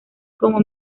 como